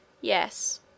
Yes